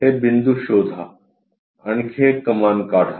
हे बिंदू शोधा आणखी एक कमान काढा